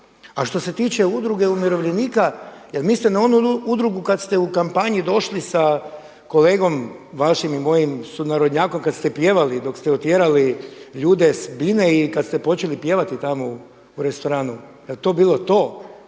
A što se tiče udruge umirovljenika, jel' mislite na onu udrugu kad ste u kampanji došli sa kolegom vašim i mojim sunarodnjakom kad ste pjevali dok ste otjerali ljude s bine i kad ste počeli pjevati tamo u restoranu. Jel' to bilo to?